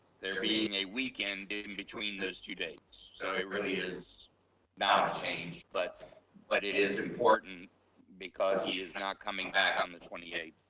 there being a weekend in between those two dates. so it really is not a change, but but it is important because he is not coming back on the twenty eighth